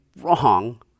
wrong